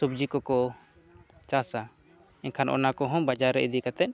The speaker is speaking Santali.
ᱥᱚᱵᱡᱤ ᱠᱚ ᱠᱚ ᱪᱟᱥᱟ ᱮᱱᱠᱷᱟᱱ ᱚᱱᱟ ᱠᱚ ᱦᱚᱸ ᱵᱟᱡᱟᱨ ᱨᱮ ᱤᱫᱤ ᱠᱟᱛᱮ